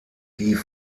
die